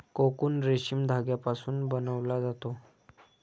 cocoon रेशीम धाग्यापासून बनवला जातो